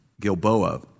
Gilboa